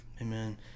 amen